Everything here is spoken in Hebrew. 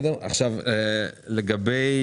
לגבי